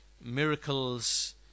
miracles